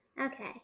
Okay